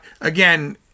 again